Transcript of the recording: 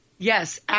Yes